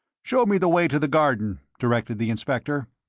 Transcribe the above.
show me the way to the garden, directed the inspector.